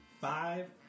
five